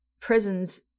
prisons